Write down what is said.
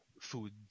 food